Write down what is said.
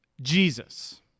Jesus